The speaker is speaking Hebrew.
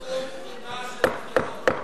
נאום מובהק של בחירות.